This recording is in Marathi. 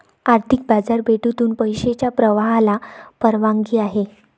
आर्थिक बाजारपेठेतून पैशाच्या प्रवाहाला परवानगी आहे